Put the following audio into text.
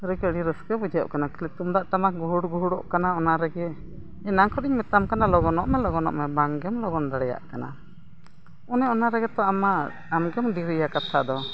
ᱠᱩᱞᱦᱤ ᱠᱚ ᱟᱹᱰᱤ ᱨᱟᱹᱥᱠᱟ ᱵᱩᱡᱷᱟᱹᱜ ᱠᱟᱱᱟ ᱠᱷᱟᱹᱞᱤ ᱛᱩᱢᱫᱟᱜ ᱴᱟᱢᱟᱠ ᱜᱩᱦᱩᱰ ᱜᱩᱦᱩᱰᱚᱜ ᱠᱟᱱᱟ ᱚᱱᱟ ᱨᱮᱜᱮ ᱮᱱᱟᱱ ᱠᱷᱚᱱᱮᱧ ᱢᱮᱛᱟᱢ ᱠᱟᱱᱟ ᱞᱚᱜᱚᱱᱚᱜ ᱢᱮ ᱵᱟᱝ ᱜᱮᱢ ᱞᱚᱜᱚᱱ ᱫᱟᱲᱮᱭᱟᱜ ᱠᱟᱱᱟ ᱚᱱᱮ ᱚᱱᱟ ᱨᱮᱜᱮ ᱛᱚ ᱟᱢᱢᱟ ᱟᱢ ᱜᱮᱢ ᱰᱮᱨᱤᱭᱟ ᱠᱟᱛᱷᱟ ᱫᱚ